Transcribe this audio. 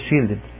shielded